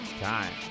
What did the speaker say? time